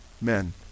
men